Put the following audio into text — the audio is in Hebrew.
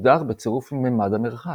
המוגדר בצירוף עם ממד המרחק.